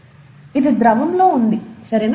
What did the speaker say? ఇది ద్రవంలో ఉంది సరేనా